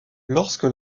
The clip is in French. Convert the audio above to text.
lorsque